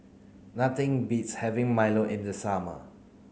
nothing beats having Milo in the summer